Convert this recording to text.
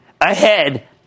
ahead